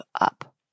up